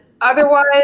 Otherwise